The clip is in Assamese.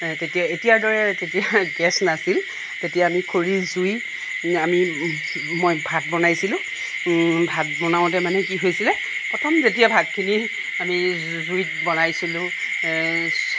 তেতিয়া এতিয়াৰ দৰে তেতিয়া গেছ নাছিল তেতিয়া আমি খৰিৰ জুইত আমি মই ভাত বনাইছিলোঁ ভাত বনাওঁতে মানে কি হৈছিলে প্ৰথম যেতিয়া ভাতখিনি আমি জুইত বনাইছিলোঁ